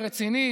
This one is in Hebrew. הרציני,